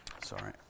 Sorry